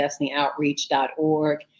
destinyoutreach.org